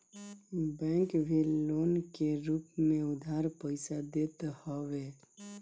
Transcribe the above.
bank भी loan के रूप में उधार पईसा देत हवे